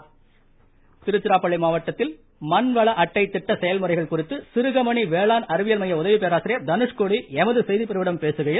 Trichy voice Tiruchirappalli மாவட்டத்தில் மண்வள அட்டை திட்ட செயல்முறைகள் குறித்து சிறுகமணி வேளாண் அறிவியல் மைய உதவி பேராசிரியர் தனுஷ்கோடி எமது செய்திப்பிரிவிடம் பேசுகையில்